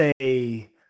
say